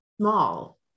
small